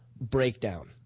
breakdown